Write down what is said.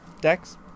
decks